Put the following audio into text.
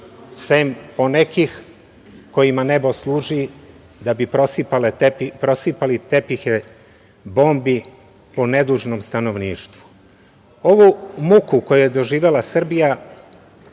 sem ponekih kojima nebo služi da bi prosipali tepihe bombi po nedužnom stanovništvu. Ovu muku koju je doživela Srbija